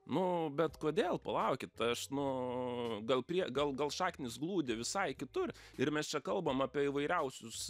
nu bet kodėl palaukit aš nu gal prie gal gal šaknys glūdi visai kitur ir mes čia kalbam apie įvairiausius